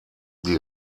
die